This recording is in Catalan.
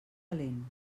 calent